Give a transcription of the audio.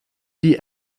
die